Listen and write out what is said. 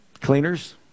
cleaners